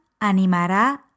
animará